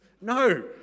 No